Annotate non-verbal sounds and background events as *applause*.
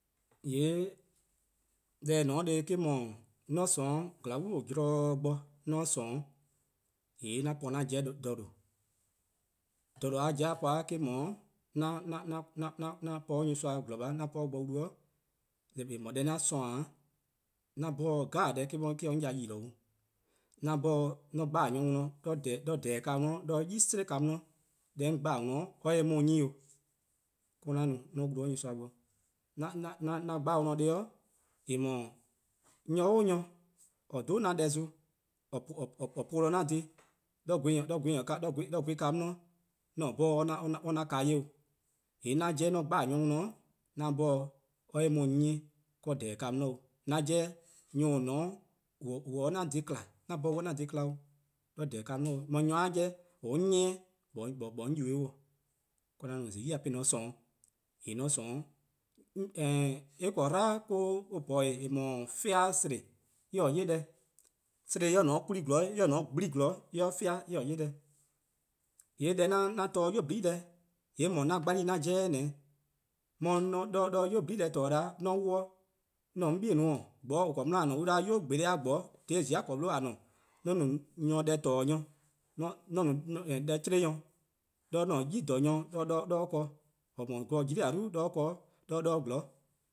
:Yee' deh :eh :ne-a 'o :nenen' eh-: 'dhu :mor 'on :sorn :glaa'e: zorn bo, :moe 'on :sorn, :yee' 'an po 'an 'jeh :dha :due'. :dha :due' po-eh eh-: 'dhu, *hesitation* 'an po 'de nyorsoa, :gwlor :baa' 'an po 'de or bo wlu-' deh 'an :sorn-a, 'an 'bhorn deh 'jeh eh-: 'ye 'on ya-dih :yi-dih 'o, 'an 'bhorn :mor 'on dhele: nyor dih 'de :dhehehn: ka 'di 'de 'yi 'sluh ka 'di, deh 'on dhele-a dih or 'ye-eh 'on 'yi 'o, ka 'an mo 'an wlu 'de nyorsoa bo. *hesitation* 'an dhele-or :neheh' :eh :mor nyor 'o nyor :or 'dhu-a 'an deh zon, *hesitation* :or polo-a 'an dhih, *hesitation* 'de gu ka 'di, 'on se 'bhorn or *hesitation* 'ye 'an ka 'ye 'o. :yee' 'an 'jeh :mor 'on dhele: nyor+ dih-' 'an 'bhorn or 'ye-eh 'on 'nyi 'de :dhehehn ka 'di 'o. 'An 'jeh nyor+ :on :ne-a 'o *hesitation* on se-a 'an dhih :kma, 'an 'bhorn on 'ye 'an dhih :kma 'de :dhehehn: ka 'di 'o, nyor+ 'on 'nyieh-a 'on ybeh-uh 'o, 'ka 'an no :zai' 'de 'an :sorn. :yee' :mor 'on :sorn, *hesitation* eh :korn 'dlan or-: po-eh or 'da fean'sehn-a 'ye deh, :mor sehn :ne 'de 'kwla+ 'zorn, eh ne 'de gbli 'zorn :mor eh fean eh-' 'ye deh. :yee' deh *hesitation* 'an 'torne-a 'nynuu: 'nyene deh, :yee' eh :mor 'an gbali 'an jeh 'weh :ne 'o, *hesitation* 'de 'nmynuu: 'nyene-a deh :torne' 'da :mor 'on 'wluh 'de 'on mor-: 'on 'bei'-: :a-: gbor :a :ne-a 'de :a 'da dih 'nynuu: :gbolo'+-a :gbor-' dha :zia' gwlor 'di :a :ne-a *hesitation* 'de 'on nyor+ deh :torne' nyor, *hesitation* mor no deh 'chle-nyor 'de 'an-a' nyor :klaba' *hesitation* :or no-a gor jli-a 'dlu *hesitation* 'de or 'zorn.